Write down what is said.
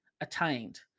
attained